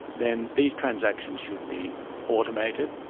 then these transactions should be automated,